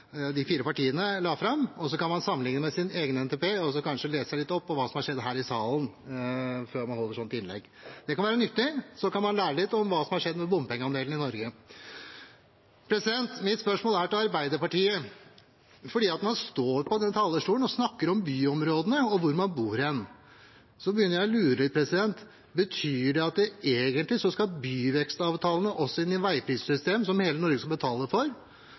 sin egen NTP og så kanskje lese seg litt opp på hva som har skjedd her i salen, før man holder et sånt innlegg. Det kan være nyttig. Sånn kan man lære litt om hva som har skjedd med bompengeandelen i Norge. Mitt spørsmål er til Arbeiderpartiet, for når man står på denne talerstolen og snakker om byområdene og hvor man bor hen, så begynner jeg å lure litt: Betyr det at egentlig skal byvekstavtalene også inn i et veiprisingssystem, som hele Norge skal betale for?